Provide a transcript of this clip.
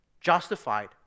Justified